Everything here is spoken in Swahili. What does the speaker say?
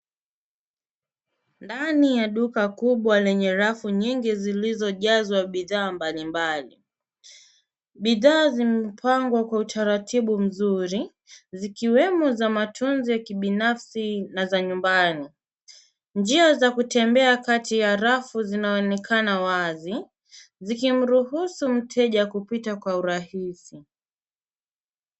Ndani ya duka kubwa lenye rafu nyingi zilizojazwa bidhaa mbalimbali. Bidhaa zimepangwa kwa utaratibu mzuri zikiwemo za matumizi ya kibinafsi na za nyumbani. Njia za kutembea kati ya rafu zinaonekena wazi zikimruhusu mteja kupita kwa urahisi.